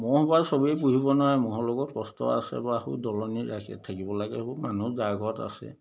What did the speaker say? ম'হ বাৰু সবেই পুহিব নোৱাৰে ম'হৰ লগত কষ্ট আছে বাৰু সৌ দলনিত থাকিব লাগে সেইবোৰ মানুহ যাৰ ঘৰত আছে